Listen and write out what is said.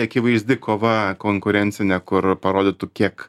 akivaizdi kova konkurencinė kur parodytų kiek